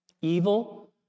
evil